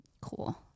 cool